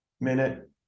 minute